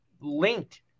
linked